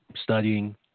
studying